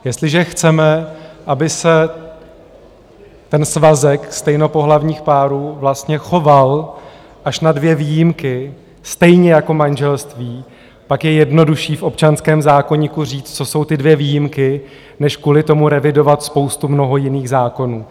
Jestliže chceme, aby se ten svazek stejnopohlavních párů vlastně choval, až na dvě výjimky, stejně jako manželství, pak je jednodušší v občanském zákoníku říct, co jsou ty dvě výjimky, než kvůli tomu revidovat spoustu mnoho jiných zákonů.